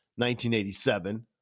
1987